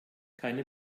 keine